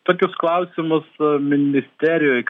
tokius klausimus ministerijoj